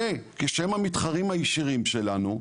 כשהם המתחרים הישירים שלנו,